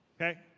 Okay